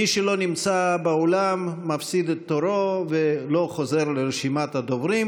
מי שלא נמצא באולם מפסיד את תורו ולא חוזר לרשימת הדוברים.